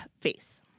face